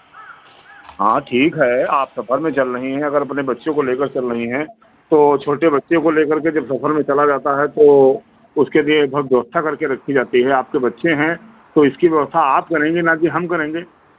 हाँ ठीक है आप सफ़र में चल रही हैं अगर अपने बच्चे को ले कर चल रही हैं तो छोटे बच्चे को ले कर सफ़र में चला जाता है तो उसके लिए सब व्यवस्था करके रखी जाती है आपके बच्चे हैं तो इसकी व्यवस्था आप करेंगी ना कि हम करेंगे